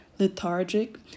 lethargic